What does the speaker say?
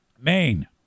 Maine